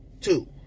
Two